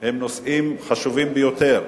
הם נושאים חשובים ביותר,